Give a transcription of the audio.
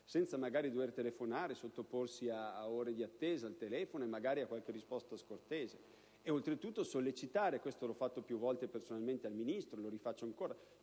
senza magari dover telefonare, sottoporsi a ore di attesa al telefono e magari a qualche risposta scortese; oltretutto si richiedeva di sollecitare (questo l'ho fatto più volte personalmente al Ministro, e lo faccio ancora)